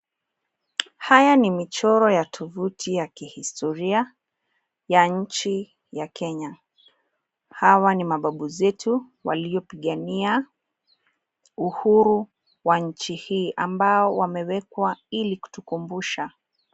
Haya ni michoro ya tuvuti ya kihistoria ya nchi ya Kenya. Hawa ni mababu zetu waliopigania uhuru wa nchi hii ambao wamewekwa ili kutukumbusha.